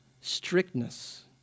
strictness